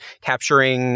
capturing